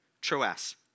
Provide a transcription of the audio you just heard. Troas